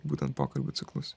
būtent pokalbių ciklus